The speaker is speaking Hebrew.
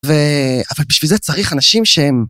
ו... אבל בשביל זה צריך אנשים שהם...